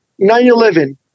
9-11